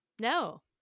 No